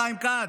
חיים כץ,